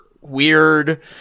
weird